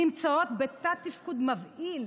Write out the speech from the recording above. נמצאות בתת-תפקוד מבהיל,